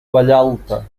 vallalta